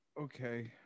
okay